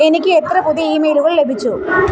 എനിക്ക് എത്ര പുതിയ ഇമെയിലുകൾ ലഭിച്ചു